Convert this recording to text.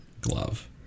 glove